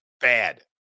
Bad